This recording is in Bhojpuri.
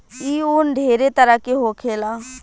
ई उन ढेरे तरह के होखेला